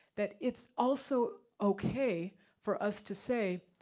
that it's also okay for us to say,